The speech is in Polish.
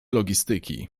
logistyki